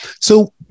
So-